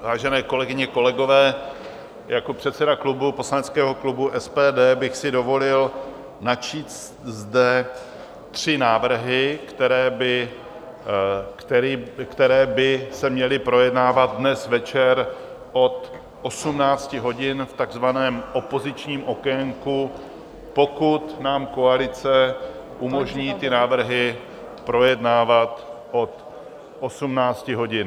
Vážené kolegyně, kolegové, jako předseda klubu, poslaneckého klubu SPD, bych si dovolil načíst zde tři návrhy, které by se měly projednávat dnes večer od 18 hodin v takzvaném opozičním okénku, pokud nám koalice umožní ty návrhy projednávat od 18 hodin.